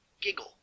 giggle